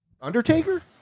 undertaker